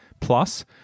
plus